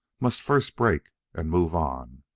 must first break and move on.